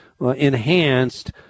enhanced